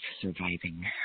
surviving